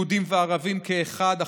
יהודים וערבים כאחד,